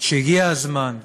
שהגיע הזמן,